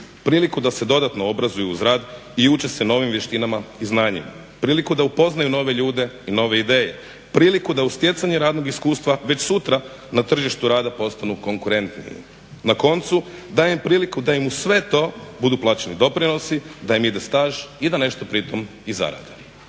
priliku da se dodatno obrazuju uz rad i uče se novim vještinama i znanju. Priliku da upoznaju nove ljude i nove ideje. Priliku da uz stjecanje radnog iskustva već sutra na tržištu rada postanu konkurentniji. Na koncu, daje im priliku da im uz sve to budu plaćeni doprinosi, da im ide staž i da nešto pritom i zarade.